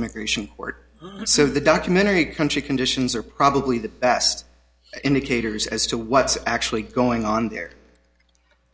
immigration court so the documentary country conditions are probably the best indicators as to what's actually going on there